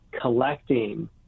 collecting